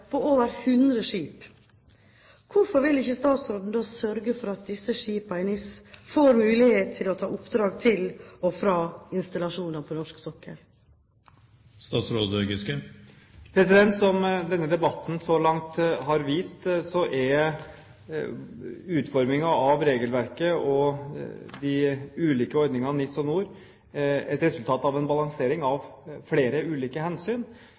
på over 100 skip. Hvorfor vil ikke statsråden da sørge for at disse skipene i NIS får mulighet til å ta oppdrag til og fra installasjoner på norsk sokkel? Som denne debatten så langt har vist, så er utformingen av regelverket og de ulike ordningene NIS og NOR et resultat av en balansering av flere ulike hensyn.